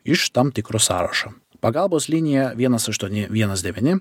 iš tam tikro sąrašo pagalbos linija vienas aštuoni vienas devyni